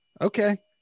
Okay